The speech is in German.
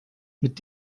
mit